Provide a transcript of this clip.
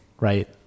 right